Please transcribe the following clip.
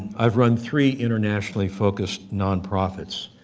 i've run three internationally focused non-profits.